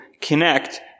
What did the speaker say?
connect